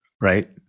Right